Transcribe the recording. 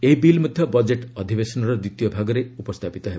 ଏହି ବିଲ୍ ମଧ୍ୟ ବଜେଟ୍ ଅଧିବେଶନର ଦ୍ୱିତୀୟ ଭାଗରେ ଉପସ୍ଥାପିତ ହେବ